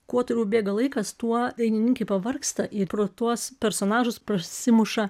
kuo toliau bėga laikas tuo dainininkai pavargsta į pro tuos personažus prasimuša